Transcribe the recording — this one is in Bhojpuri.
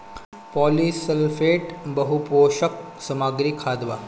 पॉलीसल्फेट बहुपोषक सामग्री खाद बा